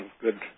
good